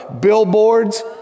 billboards